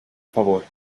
favor